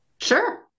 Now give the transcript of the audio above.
Sure